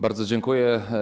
Bardzo dziękuję.